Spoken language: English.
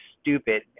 stupid